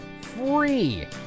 free